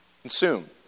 consume